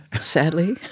Sadly